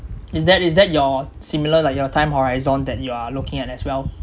is that is that your similar like your time horizon that you are looking at as well